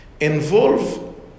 Involve